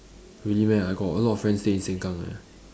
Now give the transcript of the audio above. really meh I got a lot of friends stay in Sengkang leh